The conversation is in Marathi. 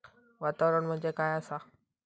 वातावरण म्हणजे काय असा?